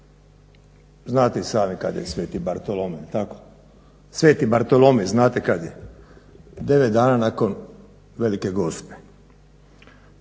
Znate i sami kad je sveti Bartolomej, jel tako, sveti Bartolomej znate kad je, 9 dana nakon Velike Gospe